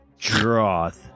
Droth